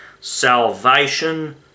salvation